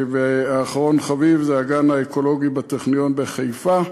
ואחרון חביב זה הגן האקולוגי בטכניון בחיפה.